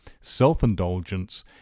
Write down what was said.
self-indulgence